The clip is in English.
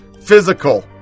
physical